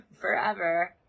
forever